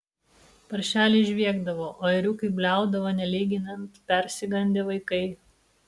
paršeliai žviegdavo o ėriukai bliaudavo nelyginant persigandę vaikai